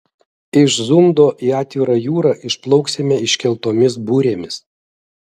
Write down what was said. iš zundo į atvirą jūrą išplauksime iškeltomis burėmis